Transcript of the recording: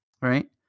right